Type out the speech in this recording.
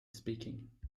speaking